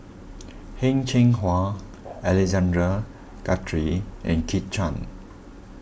Heng Cheng Hwa Alexander Guthrie and Kit Chan